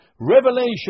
revelation